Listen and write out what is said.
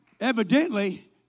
Evidently